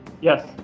Yes